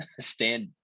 stand –